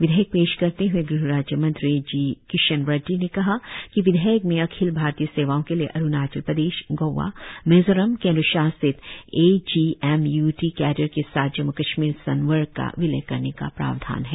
विधेयक पेश करते हुए गृह राज्य मंत्री जी किशन रेड्डी ने कहा कि विधेयक में अखिल भारतीय सेवाओं के लिए अरुणाचल प्रदेश गोवा मिजोरम केन्द्र शासित एजीएमयूटी कैडर के साथ जम्मू कश्मीर संवर्ग का विलय करने का प्रावधान है